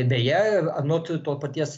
beje anot to paties